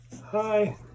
Hi